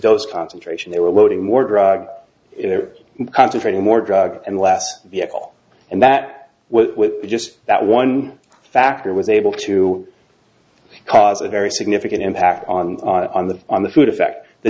those concentration they were loading more drug concentrating more drug and less vehicle and that was just that one factor was able to cause a very significant impact on the on the food effect the